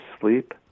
sleep